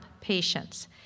patients